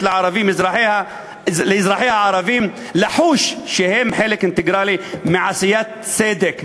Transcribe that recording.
לאזרחיה הערבים לחוש שהם חלק אינטגרלי מעשיית צדק.